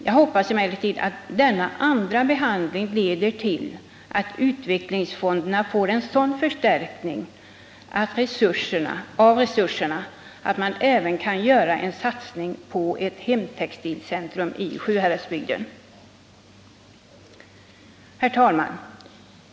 Jag hoppas emellertid att denna andra behandling leder till att utvecklingsfonderna får en sådan förstärkning av resurserna att man även kan göra en satsning på ett hemtextilcentrum i Sjuhäradsbygden. Herr talman!